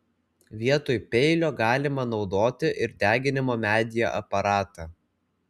vietoj peilio galima naudoti ir deginimo medyje aparatą